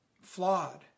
flawed